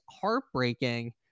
heartbreaking